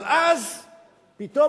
אבל אז פתאום,